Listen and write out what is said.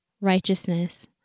righteousness